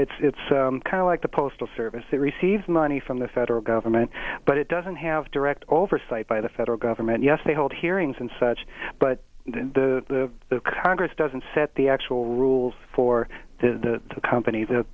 company it's kind of like the postal service that receives money from the federal government but it doesn't have direct oversight by the federal government yes they hold hearings and such but the congress doesn't set the actual rules for the company the